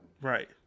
Right